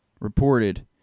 Reported